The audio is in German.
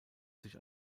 sich